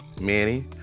Manny